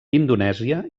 indonèsia